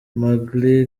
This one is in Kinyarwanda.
magaly